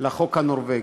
לחוק הנורבגי.